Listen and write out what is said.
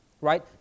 right